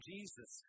Jesus